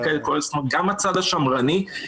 --- כלומר גם הצד השמרני.